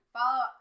Follow